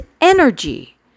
energy